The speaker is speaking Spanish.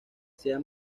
sea